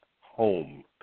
home